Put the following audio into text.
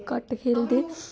ओह् घट्ट खेलदे